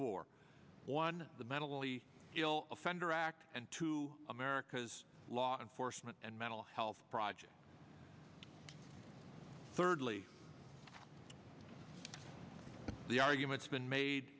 four one the mentally ill offender act and two americas law enforcement and mental health project thirdly the arguments been made